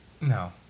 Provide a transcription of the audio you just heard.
No